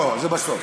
לא, זה בסוף.